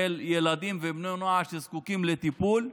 לפעמים, של ילדים ובני נוער שזקוקים לטיפול,